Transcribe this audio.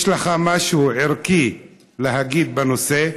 יש לך משהו ערכי להגיד בנושא?